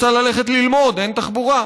רוצה ללכת ללמוד, אין תחבורה,